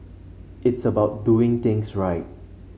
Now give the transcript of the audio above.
it's about doing things right